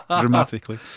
dramatically